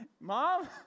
Mom